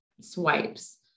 swipes